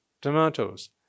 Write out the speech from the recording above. tomatoes